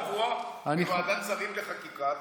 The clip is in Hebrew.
הוא יכול כל יום, כל שבוע, בוועדת שרים לחקיקה.